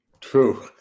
True